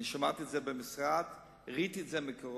אני שמעתי את זה במשרד, ראיתי את זה מקרוב.